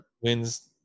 wins